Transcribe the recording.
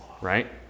right